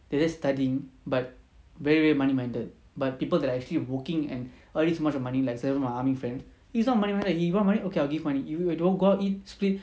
they're just studying but very very money minded but people that are actually working and earning so much of money like say my army friend he's not money minded if you want money okay I'll give money if you we go eat split